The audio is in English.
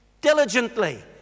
diligently